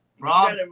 Rob